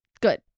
Good